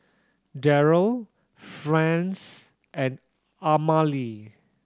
Daryle Franz and Amalie